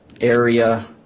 area